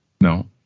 no